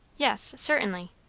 yes certainly.